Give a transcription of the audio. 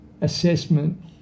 assessment